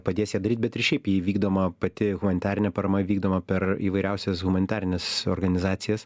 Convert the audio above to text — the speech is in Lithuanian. padės ją daryt bet ir šiaip ji vykdoma pati humanitarinė parama vykdoma per įvairiausias humanitarines organizacijas